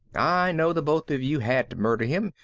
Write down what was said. i know the both of you had to murder him,